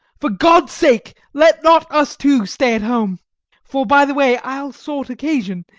for god'd sake, let not us two stay at home for by the way i'll sort occasion,